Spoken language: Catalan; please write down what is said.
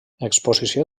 exposició